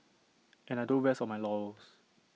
and I don't rest on my laurels